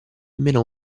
meno